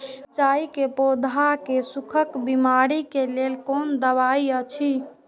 मिरचाई के पौधा के सुखक बिमारी के लेल कोन दवा अछि?